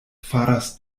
faras